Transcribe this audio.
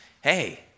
hey